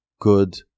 good